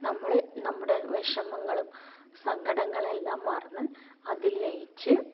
നമ്മൾ നമ്മുടെ വിഷമങ്ങളും സങ്കടങ്ങളെല്ലാം മറന്ന് അതിൽ ലയിച്ച്